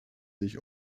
sich